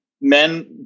men